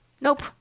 Nope